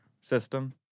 system